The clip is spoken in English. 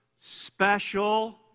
special